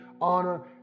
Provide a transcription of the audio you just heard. honor